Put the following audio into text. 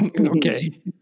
Okay